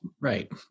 right